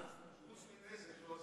חוץ מנזק לא עשיתם שום דבר.